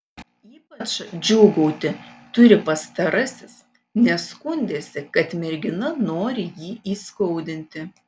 ypač džiūgauti turi pastarasis nes skundėsi kad mergina nori jį įskaudinti